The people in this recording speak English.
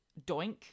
Doink